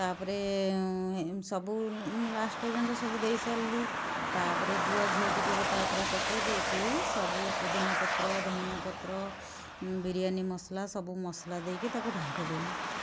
ତାପରେ ଏ ସବୁ ଲାଷ୍ଟ ପର୍ଯ୍ୟନ୍ତ ସବୁ ଦେଇ ସାରିଲି ତାପରେ ଗୁଆଘିଅ ଟିକେ ତା ଉପରେ ପକାଇ ଦେଇକି ସବୁ ପୁଦିନାପତ୍ର ଧନିଆ ପତ୍ର ବିରୀୟାନି ମସଲା ସବୁ ମସଲା ଦେଇକି ତାକୁ ଢାଙ୍କି ଦେଲି